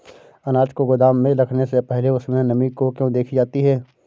अनाज को गोदाम में रखने से पहले उसमें नमी को क्यो देखी जाती है?